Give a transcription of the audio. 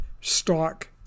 stock